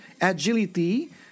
agility